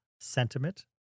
sentiment